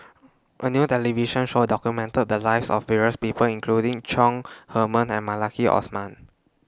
A New television Show documented The Lives of various People including Chong Heman and Maliki Osman